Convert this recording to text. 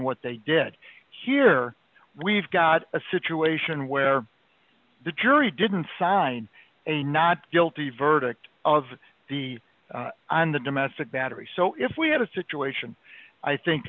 what they did here we've got a situation where the jury didn't sign a not guilty verdict of the on the domestic battery so if we had a situation i think